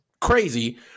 crazy